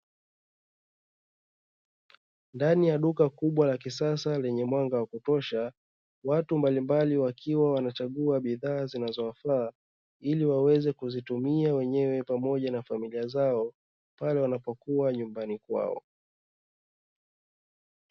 Ndani ya duka kubwa la kisasa lenye mwanga wa kutosha, watu mbalimbali wakiwa wanachagua bidhaa zinazowafaa ili waweze kuzitumia wenyewe pamoja na familia zao. Pale wanapokuwa nyumbani kwao.